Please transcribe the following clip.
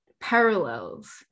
Parallels